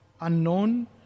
unknown